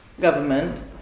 government